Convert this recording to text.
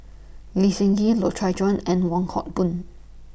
Lee Seng Gee Loy Chye Chuan and Wong Hock Boon